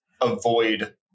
avoid